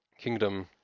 Kingdom